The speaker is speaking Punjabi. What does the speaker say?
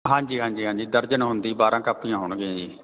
ਹਾਂਜੀ ਹਾਂਜੀ ਹਾਂਜੀ ਦਰਜਨ ਹੁੰਦੀ ਬਾਰਾਂ ਕਾਪੀਆਂ ਹੋਣਗੀਆਂ ਜੀ